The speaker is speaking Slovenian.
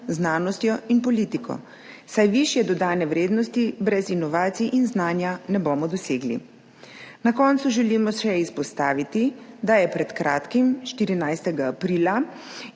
znanostjo in politiko, saj višje dodane vrednosti brez inovacij in znanja ne bomo dosegli. Na koncu želimo še izpostaviti, da je pred kratkim, 14. aprila,